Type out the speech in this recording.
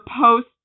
post